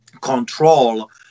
control